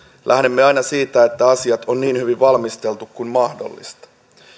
lähdemme aina siitä että asiat on niin hyvin valmisteltu kuin mahdollista